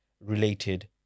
related